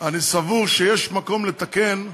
אני סבור שיש מקום לתקן,